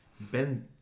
Ben